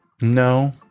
No